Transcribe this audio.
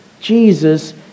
Jesus